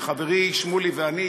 שחברי שמולי ואני,